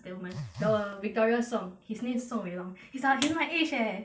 that woman the victoria song his name is song wei long he's until my age leh